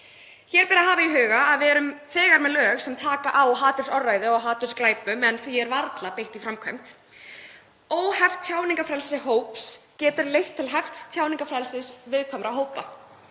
Hér ber að hafa í huga að við erum þegar með lög sem taka á hatursorðræðu og hatursglæpum en þeim er varla beitt í framkvæmd. Óheft tjáningarfrelsi hóps getur leitt til hefts tjáningarfrelsis viðkvæmra hópa.